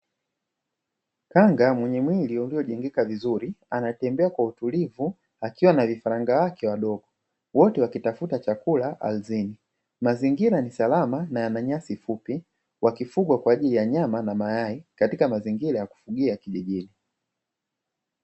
Kanga mwenye mwili uliojengeka vizuri anatembea kwa utulivu akiwa na vifaranga wake wadogo wote wakitafuta chakula ardhini. Mazingira ni salama na yananyasi fupi wakifuga kwa ajili ya nyama na mayai katika mazingira ya kufugia kijijini.